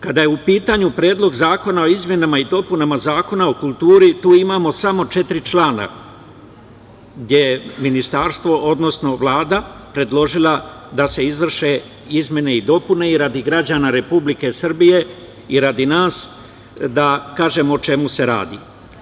Kada je u pitanju Predlog zakona o izmenama i dopunama Zakona o kulturi, tu imamo samo četiri člana jer ministarstvo, odnosno Vlada je predložila da se izvrše izmene i dopune i, radi građana Republike Srbije i radi nas, da kažem o čemu se radi.